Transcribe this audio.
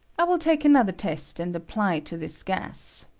i will take an other test and apply to this gas.